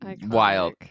Wild